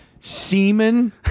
Semen